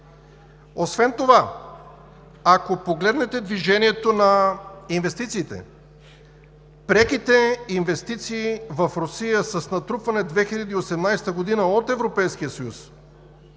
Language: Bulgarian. Освен това, ако погледнете движението на инвестициите, преките инвестиции в Русия с натрупване през 2018 г. от Европейския съюз